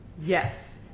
yes